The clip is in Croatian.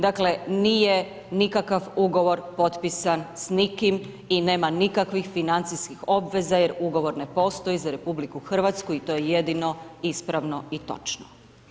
Dakle, nije nikakav ugovor potpisan s nikim i nema nikakvih financijskih obveza jer ugovor ne postoji za RH i to je jedino ispravno i točno.